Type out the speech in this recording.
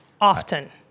often